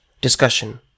discussion